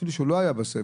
אפילו שהוא לא היה בסבל,